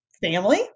family